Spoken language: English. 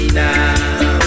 now